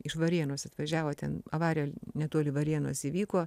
iš varėnos atvažiavo ten avarija netoli varėnos įvyko